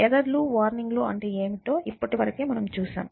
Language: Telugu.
ఎర్రర్ లు వార్నింగ్ లు అంటే ఏమిటో ఇప్పటివరకే మనం చూసాం